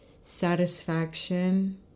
satisfaction